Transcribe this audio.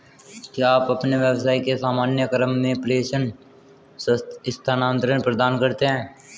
क्या आप अपने व्यवसाय के सामान्य क्रम में प्रेषण स्थानान्तरण प्रदान करते हैं?